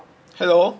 hello